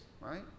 right